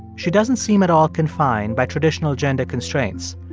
she doesn't seem at all confined by traditional gender constraints.